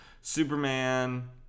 superman